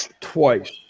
twice